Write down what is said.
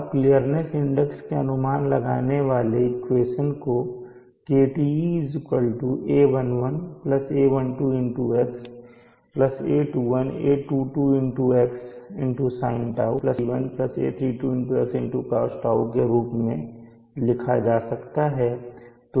अब clearance index के अनुमान लगाने वाले इक्वेशन को KTe a11 a12 x a21 a22 x sinτ a31 a32 x cosτ के रूप में लिखा जा सकता है